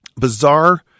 bizarre